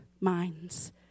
minds